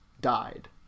died